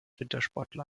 wintersportler